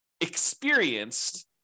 experienced